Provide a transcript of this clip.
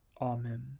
Amen